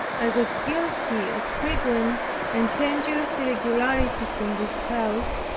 i was guilty of frequent and dangerous irregularities in this house,